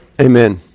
Amen